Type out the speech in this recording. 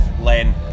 Len